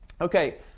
okay